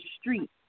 street